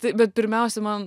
tai bet pirmiausia man